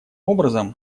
образом